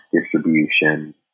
distribution